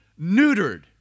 neutered